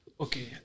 Okay